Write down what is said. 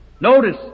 Notice